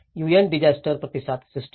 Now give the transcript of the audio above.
UN disaster प्रतिसाद system